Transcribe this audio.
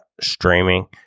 streaming